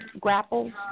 grapples